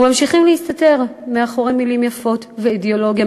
וממשיכים להסתתר מאחורי מילים יפות ואידיאולוגיה